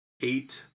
eight